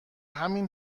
همین